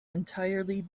entirely